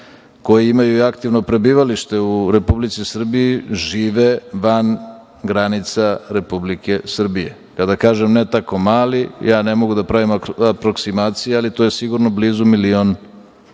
koji imaju i aktivno prebivalište u Republici Srbiji žive van granica Republike Srbije. Kada kažem ne tako mali, ja ne mogu da pravim aproksimacije, ali to je sigurno blizu milion